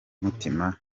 mutima